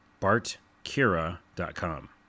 Bartkira.com